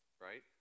right